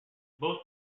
both